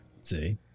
See